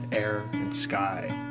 air, and sky,